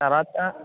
తర్వాత